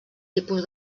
tipus